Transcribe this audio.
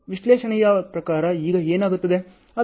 ವಿಶ್ಲೇಷಣೆಯ ಪ್ರಕಾರ ಈಗ ಏನಾಗುತ್ತದೆ